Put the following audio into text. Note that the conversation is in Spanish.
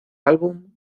álbum